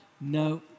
no